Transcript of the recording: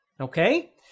Okay